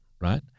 right